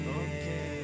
okay